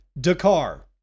Dakar